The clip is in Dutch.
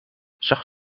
zag